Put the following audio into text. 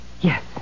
Yes